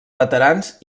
veterans